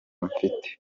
mfite